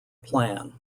plan